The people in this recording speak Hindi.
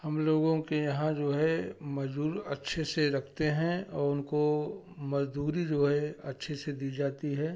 हम लोगों के यहाँ जो है मजदूर अच्छे से रखते हैं और उनको मजदूरी जो है अच्छे से दी जाती है